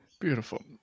Beautiful